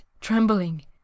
trembling